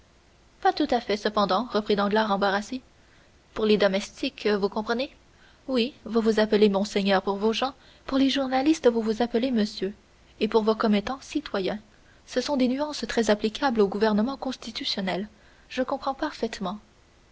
pas tout à fait cependant reprit danglars embarrassé pour les domestiques vous comprenez oui vous vous appelez monseigneur pour vos gens pour les journalistes vous vous appelez monsieur et pour vos commettants citoyen ce sont des nuances très applicables au gouvernement constitutionnel je comprends parfaitement